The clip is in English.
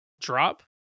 drop